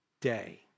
day